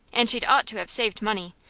and she'd ought to have saved money,